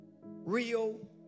Real